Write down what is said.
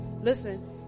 Listen